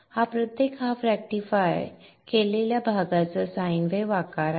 हा प्रत्येक half rectify केलेल्या भागाचा साइन वेव्ह आकार आहे